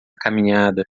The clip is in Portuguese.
caminhada